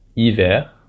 hiver